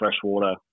freshwater